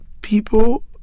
people